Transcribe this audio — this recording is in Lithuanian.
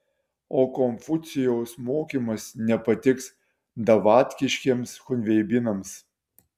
o konfucijaus mokymas nepatiks davatkiškiems chunveibinams